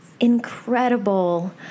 incredible